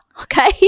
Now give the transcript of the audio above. okay